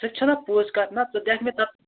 سُہ چھےٚ نہ پوٚز کتھ نہ ژٕ دِکھ مےٚ تتھ